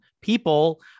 people